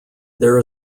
there